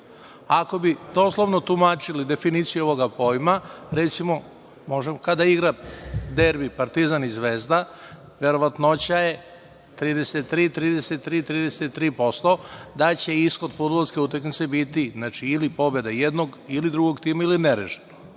ako bi to slobodno tumačili definiciju ovog pojma, recimo kada igra derbi Partizan i Zvezda, verovatnoća je 33, 33% da će ishod fudbalske utakmice biti ili pobeda jednog ili drugog tima ili nerešeno.